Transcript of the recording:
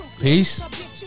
Peace